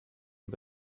und